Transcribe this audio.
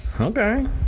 okay